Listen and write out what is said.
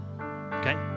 Okay